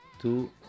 Two